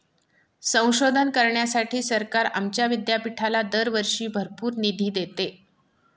संशोधन करण्यासाठी सरकार आमच्या विद्यापीठाला दरवर्षी भरपूर निधी देते